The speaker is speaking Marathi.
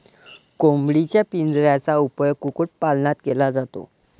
कोंबडीच्या पिंजऱ्याचा उपयोग कुक्कुटपालनात केला जातो